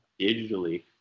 digitally